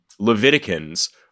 Leviticans